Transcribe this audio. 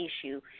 issue